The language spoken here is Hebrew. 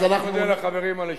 אני מודה לחברים על ההשתתפות.